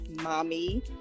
Mommy